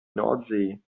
nordsee